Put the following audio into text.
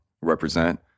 represent